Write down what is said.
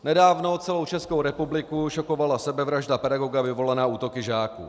Nedávno celou Českou republiku šokovala sebevražda pedagoga vyvolaná útoky žáků.